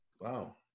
wow